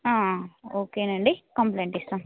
okay అండి complaint ఇస్తాం